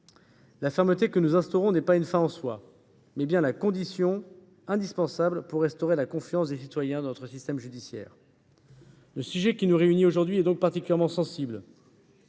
La fermeté que nous instaurons est non pas une fin en soi, mais bien la condition indispensable pour restaurer la confiance des citoyens dans notre système judiciaire. Le sujet qui nous réunit aujourd’hui est donc particulièrement sensible.